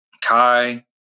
Kai